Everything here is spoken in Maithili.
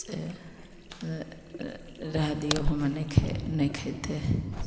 से से रहय दियौ हमे नहि खाए नहि खेतै